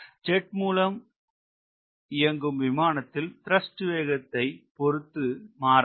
jet மூலம் இயங்கும் விமானத்தில் த்ரஸ்ட் வேகத்தை பொறுத்து மாறாது